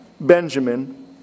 Benjamin